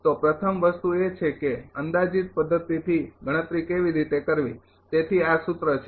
તો પ્રથમ વસ્તુ એ છે કે અંદાજિત પદ્ધતિથી ગણતરી કેવી રીતે કરવી તેથી આ સૂત્ર છે